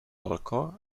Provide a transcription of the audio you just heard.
balcó